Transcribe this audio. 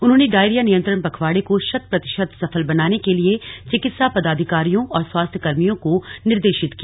उन्होंने डायरिया नियन्त्रण पखवाड़े को शत प्रतिशत सफल बनाने के लिए चिकित्सा पदाधिकारियों और स्वास्थ्य कर्मियों को निर्देशित किया